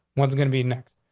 what's gonna be next?